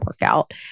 workout